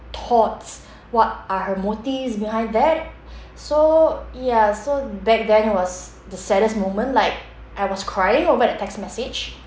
thoughts what are her motives behind that so ya so back then it was the saddest moment like I was crying over that text message